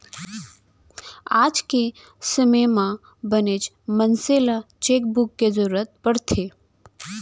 आज के समे म बनेच मनसे ल चेकबूक के जरूरत परथे